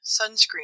sunscreen